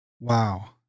Wow